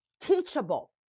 teachable